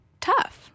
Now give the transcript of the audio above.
tough